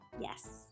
Yes